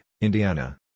Indiana